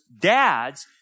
dads